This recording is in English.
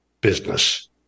business